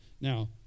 Now